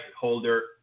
Holder